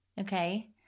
Okay